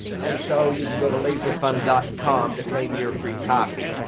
and so, you can go to laserfund dot com to claim your free copy.